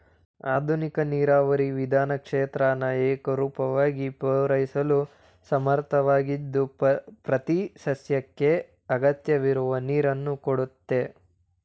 ಆಧುನಿಕ ನೀರಾವರಿ ವಿಧಾನ ಕ್ಷೇತ್ರನ ಏಕರೂಪವಾಗಿ ಪೂರೈಸಲು ಸಮರ್ಥವಾಗಿದ್ದು ಪ್ರತಿಸಸ್ಯಕ್ಕೆ ಅಗತ್ಯವಿರುವ ನೀರನ್ನು ಕೊಡುತ್ತೆ